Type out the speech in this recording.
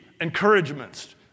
encouragements